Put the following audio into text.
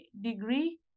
degree